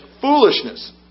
foolishness